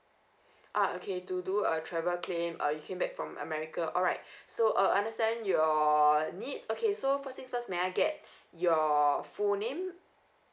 uh okay to do a travel claim uh you came back from america alright so uh I understand your needs okay so first things first may I get your full name